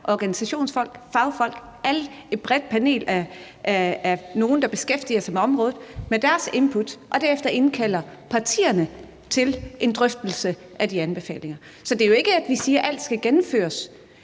organisationsfolk, fagfolk, et bredt panel af nogle, der beskæftiger sig med området. Man får deres input, og derefter indkalder man partierne til en drøftelse af de anbefalinger. Så er det jo ikke sådan, at vi siger, at alle